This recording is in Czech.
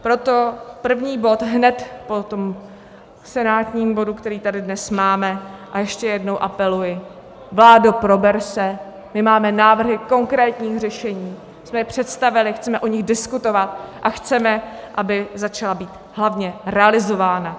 Proto první bod hned po tom senátním bodu, který tady dnes máme a ještě jednou apeluji, vládo, prober se, my máme návrhy konkrétních řešení, my jsme je představili, chceme o nich diskutovat a chceme, aby začala být hlavně realizována.